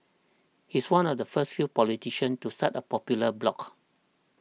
he's one of the first few politicians to start a popular blog